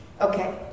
Okay